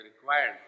required